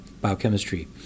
Biochemistry